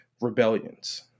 rebellions